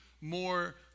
More